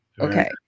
Okay